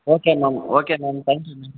okay ma'am okay ma'am thank you ma'am